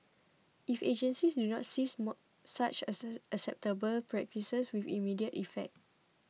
if agencies do not cease more such unacceptable practices with immediate effect